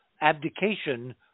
abdication